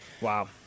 Wow